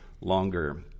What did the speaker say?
longer